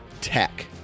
tech